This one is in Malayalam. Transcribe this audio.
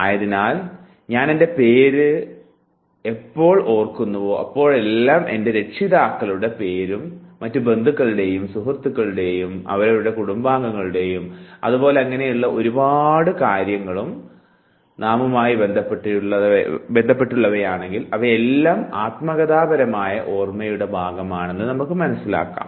ആയതിനാൽ ഞാൻ എൻറെ പേര് എപ്പോൾ ഓർക്കുന്നുവോ അപ്പോളെല്ലാം എൻറെ രക്ഷകർത്താക്കളുടെ പേരും മറ്റ് ബന്ധുക്കളുടെയും സുഹൃത്തുക്കളുടെയും അവരുടെ കുടുംബാംഗങ്ങളെയും അതുപോലെ അങ്ങനെയുള്ള ഒരുപാട് കാര്യങ്ങളും നാമുമായി ബന്ധമുള്ളവയാണെങ്കിൽ അവയെയെല്ലാം ആത്മകഥാപരമായ ഓർമ്മയുടെ ഭാഗമാണെന്ന് നമുക്ക് മനസ്സിലാക്കാം